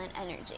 energy